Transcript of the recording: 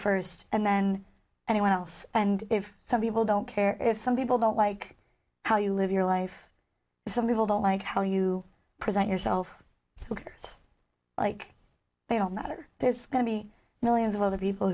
first and then anyone else and if some people don't care if some people don't like how you live your life some people don't like how you present yourself look like they don't matter there's going to be millions of other people